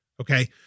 okay